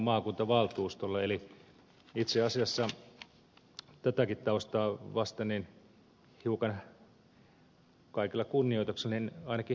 eli itse asiassa tätäkin taustaa vasten hiukan kaikella kunnioituksella ainakin hämmästelen vastalauseen perusteluja